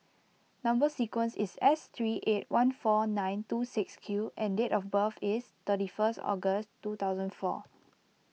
Number Sequence is S three eight one four nine two six Q and date of birth is thirty first October two thousand four